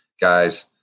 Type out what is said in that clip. guys